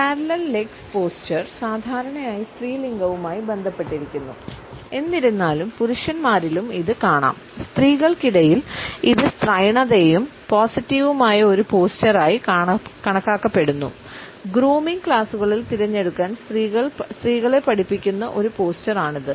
parallel legs ക്ലാസുകളിൽ തിരഞ്ഞെടുക്കാൻ സ്ത്രീകളെ പഠിപ്പിക്കുന്ന ഒരു പോസ്ചർ ആണിത്